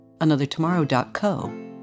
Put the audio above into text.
anothertomorrow.co